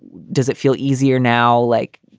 does it feel easier now? like.